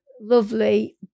lovely